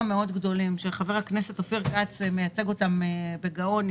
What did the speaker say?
וחבר הכנסת אופיר כץ מייצג אותם בגאון,